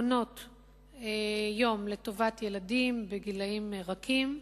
מעונות-היום לטובת ילדים בגילים רכים,